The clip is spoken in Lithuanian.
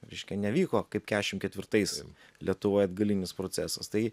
reiškia nevyko kaip kešim ketvirtais lietuvoj atgalinis procesas tai